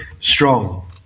strong